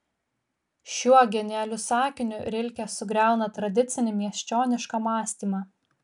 šiuo genialiu sakiniu rilke sugriauna tradicinį miesčionišką mąstymą